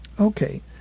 Okay